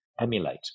emulate